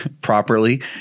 properly